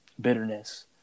bitterness